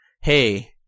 hey